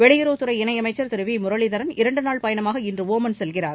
வெளியுறவுத்துறை இணையமைச்சர் திரு வி முரளிதரன் இரண்டுநாள் பயணமாக இன்று ஒமன் செல்கிறார்